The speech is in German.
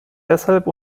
deshalb